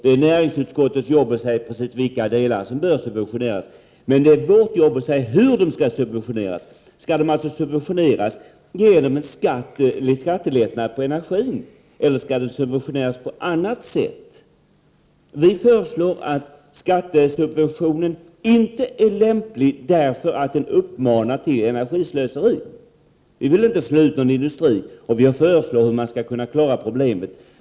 Det är näringsutskottets jobb att säga vilka delar som bör subventioneras, men det är vårt jobb att säga hur. Skall det ske genom skattelättnad på energi eller på annat sätt? Vi menar att skattesubventionen inte är lämplig, därför att den uppmanar till energislöseri. Vi vill inte slå ut någon industri. Vi föreslår hur man skall kunna klara problemet.